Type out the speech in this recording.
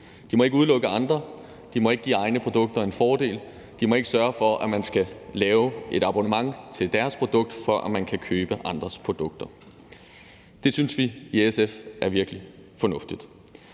De må ikke udelukke andre, de må ikke give egne produkter en fordel, og de må ikke sørge for, at man skal lave et abonnement på deres produkt, for at man kan købe andres produkter. Det synes vi i SF er virkelig fornuftigt.